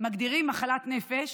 מגדירים מחלת נפש,